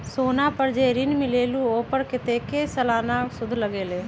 सोना पर जे ऋन मिलेलु ओपर कतेक के सालाना सुद लगेल?